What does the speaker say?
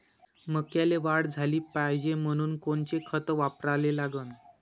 मक्याले वाढ झाली पाहिजे म्हनून कोनचे खतं वापराले लागन?